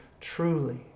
truly